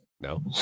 no